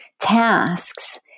tasks